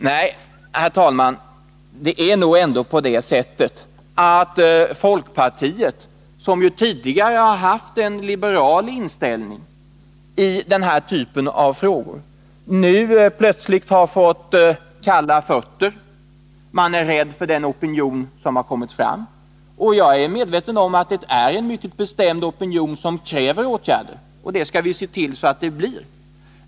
Nej, herr talman, det är nog ändå på det sättet att folkpartiet, som ju tidigare har haft en liberal inställning i denna typ av frågor, nu plötsligt har fått kalla fötter. Man är rädd för den opinion som har kommit fram. Jag är medveten om att det är en mycket bestämd opinion som kräver åtgärder — och det skall vi se till att det blir.